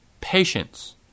patience